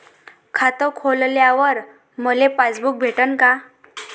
खातं खोलल्यावर मले पासबुक भेटन का?